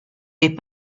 des